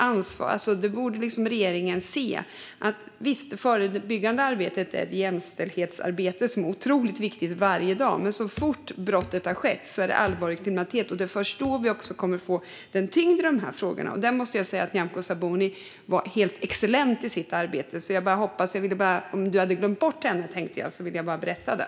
Visst, det förebyggande arbetet är ett jämställdhetsarbete som är otroligt viktigt varje dag, men så fort ett sådant här brott har skett är det allvarlig kriminalitet. När det gäller att få tyngd i de här frågorna måste jag säga att Nyamko Sabuni var helt excellent i sitt arbete. Om du hade glömt bort det ville jag bara berätta det.